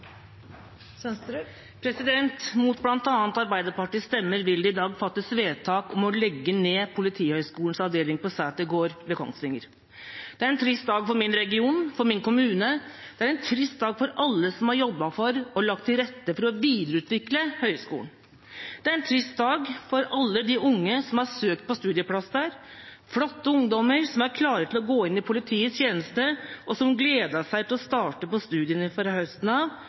en trist dag for min region, for min kommune. Det er en trist dag for alle som har jobbet for og lagt til rette for å videreutvikle høyskolen. Det er en trist dag for alle de unge som har søkt på studieplass der – flotte ungdommer, som er klare til å gå inn i politiets tjeneste, og som gledet seg til å starte studiene fra høsten av,